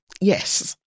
Yes